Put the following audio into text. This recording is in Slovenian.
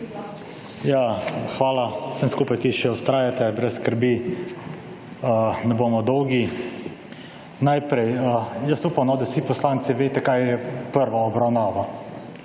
hvala vsem skupaj, ki še vztrajate. Brez skrbi, ne bomo dolgi. Najprej, jaz upam, no, da vsi poslanci veste, kaj je prva obravnavo.